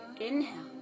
inhale